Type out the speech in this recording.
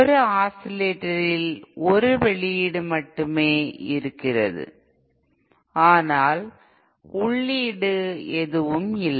ஒரு ஆஸிலேட்டரில் ஒரு வெளியீடு மட்டுமே இருக்கிறது ஆனால் உள்ளீடு எதுவும் இல்லை